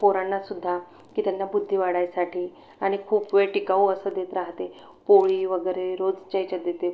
पोरांना सुद्धा की त्यांना बुद्धी वाढायसाठी आणि खूप वेळ टिकाऊ असं देत राहते पोळी वगैरे रोजच्या याच्यात देते